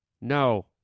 No